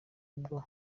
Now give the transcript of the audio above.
bwo